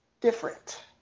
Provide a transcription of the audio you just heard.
different